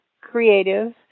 creative